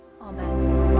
Amen